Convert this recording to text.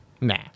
Nah